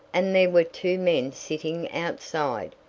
and there were two men sitting outside,